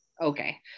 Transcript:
Okay